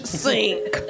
sink